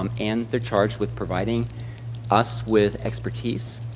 um and they're charged with providing us with expertise,